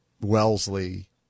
Wellesley